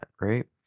right